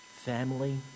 Family